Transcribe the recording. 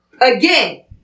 Again